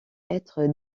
être